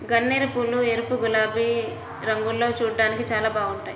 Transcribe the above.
గన్నేరుపూలు ఎరుపు, తెలుపు, గులాబీ రంగుల్లో చూడ్డానికి చాలా బాగుంటాయ్